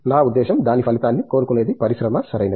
నా ఉద్దేశ్యం దాని ఫలితాన్ని కోరుకునేది పరిశ్రమ సరియైనది